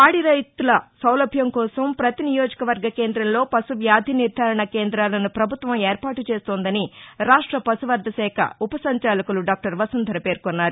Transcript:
పాడిరైతుల సౌలభ్యం కోసం పతి నియోజకవర్గ కేందంలో పశువ్యాధి నిర్దారణ కేందాలను పభుత్వం ఏర్పాటు చేస్తోందని రాష్ట పశువర్ధశాఖ ఉప సంచాలకులు డాక్టర్ వసుంధర పేర్కొన్నారు